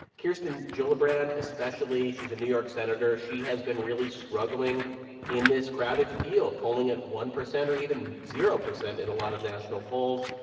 kirsten gillibrand, especially she's a new york senator. she has been really struggling in this crowded field, polling at one percent or even zero percent in a lot of national polls.